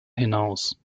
hinaus